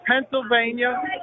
Pennsylvania